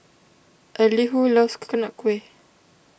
Elihu loves Coconut Kuih